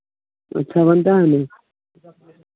अच्छा बनता है ना